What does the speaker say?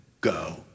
go